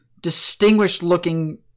distinguished-looking